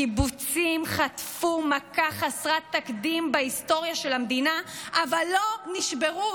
הקיבוצים חטפו מכה חסרת תקדים בהיסטוריה של המדינה אבל לא נשברו.